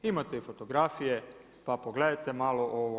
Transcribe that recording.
Imate i fotografije pa pogledajte malo.